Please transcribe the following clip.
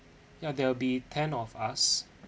ya there will be ten of us